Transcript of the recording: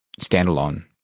standalone